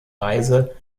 weise